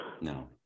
No